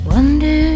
Wonder